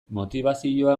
motibazioa